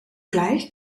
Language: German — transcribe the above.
gleich